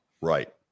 Right